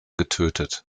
getötet